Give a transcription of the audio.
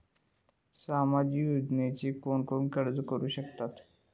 सामाजिक योजनेक कोण कोण अर्ज करू शकतत?